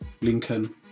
Lincoln